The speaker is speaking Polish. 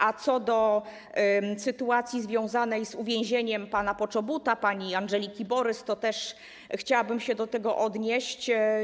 A co do sytuacji związanej z uwięzieniem pana Poczobuta, pani Andżeliki Borys - też chciałabym się do tego odnieść.